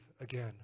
again